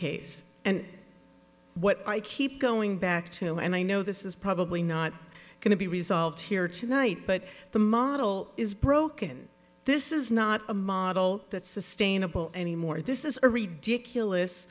case and what i keep going back to and i know this is probably not going to be resolved here tonight but the model is broken this is not a model that's sustainable anymore this is a ridiculous